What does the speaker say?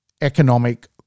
economic